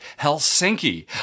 Helsinki